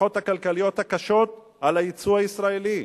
ההשלכות הכלכליות הקשות על היצוא הישראלי.